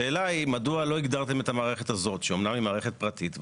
השאלה היא מדוע לא הגדרתם את המערכת הזאת שאמנם היא מערכת פרטית,